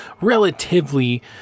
relatively